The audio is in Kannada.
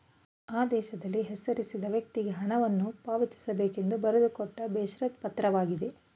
ಆದೇಶದಲ್ಲಿ ಹೆಸರಿಸಿದ ವ್ಯಕ್ತಿಗೆ ಹಣವನ್ನು ಪಾವತಿಸಬೇಕೆಂದು ಬರೆದುಕೊಟ್ಟ ಬೇಷರತ್ ಪತ್ರವಾಗಿದೆ